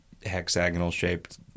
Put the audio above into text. hexagonal-shaped